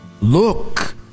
Look